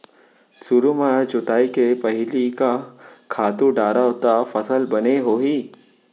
सुरु म जोताई के पहिली का खातू डारव त फसल बने होही?